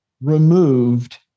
removed